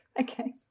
Okay